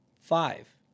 five